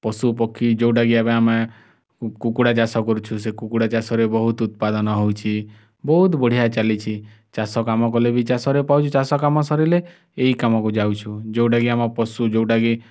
ପଶୁ ପକ୍ଷୀ ଯେଉଁଟା କି ଏବେ ଆମେ କୁକୁଡ଼ା ଚାଷ କରୁଛୁ ସେ କୁକୁଡ଼ା ଚାଷରେ ବହୁତ ଉତ୍ପାଦନ ହୋଇଛି ବହୁତ ବଢ଼ିଆ ଚାଲିଛି ଚାଷକାମ କଲେ ବି ଚାଷରେ ପାଉଛି ଚାଷ କାମ ସରିଲେ ଏଇ କାମକୁ ଯାଉଛୁ ଯେଉଁଟା କି ଆମ ପଶୁ ଯେଉଁଟା କି